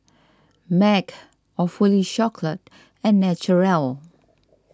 Mag Awfully and Naturel